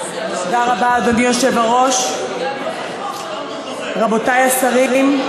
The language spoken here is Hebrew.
אדוני היושב-ראש, תודה רבה, רבותי השרים,